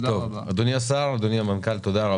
אדוני השר, אדוני המנכ"ל, תודה רבה.